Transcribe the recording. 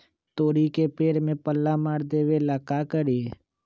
तोड़ी के पेड़ में पल्ला मार देबे ले का करी?